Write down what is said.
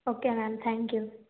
okay ma'am thank ypu